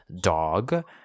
dog